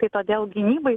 tai todėl gynybai